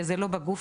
וזה לא בגוף,